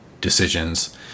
decisions